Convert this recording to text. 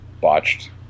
botched